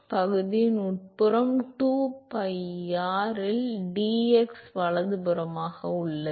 எனவே பகுதியின் உட்புறம் 2pi r இல் dx வலதுபுறமாக உள்ளது